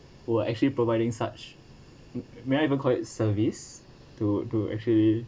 were actually providing such may I even call it service to to actually